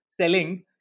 selling